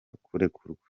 kurekurwa